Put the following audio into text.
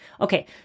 Okay